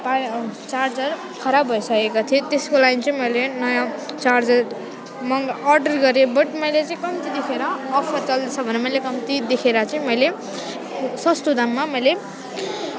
charger खराब भइसकेको थियो त्यसको लागि चाहिँ मैले नयाँ चार्जर मगा अर्डर गरेँ बट मैले चाहिँ कम्ती देखेर अफर चलेकोछ भनेर मैले कम्ती देखेर चाहिँ मैले सस्तो दाममा मैले